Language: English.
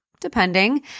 depending